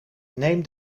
neem